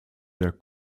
der